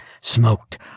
smoked